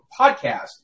podcast